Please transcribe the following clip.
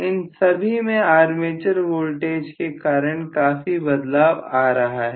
इन सभी में armature voltage के कारण काफी बदलाव आ रहा है